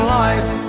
life